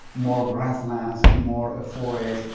more grasslands, more forests.